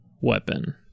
weapon